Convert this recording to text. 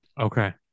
Okay